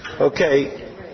Okay